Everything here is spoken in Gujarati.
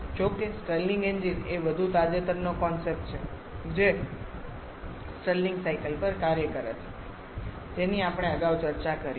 જોકે સ્ટર્લિંગ એન્જિન એ વધુ તાજેતરનો કોન્સેપ્ટ છે જે સ્ટર્લિંગ સાયકલ પર કાર્ય કરે છે જેની આપણે અગાઉ ચર્ચા કરી છે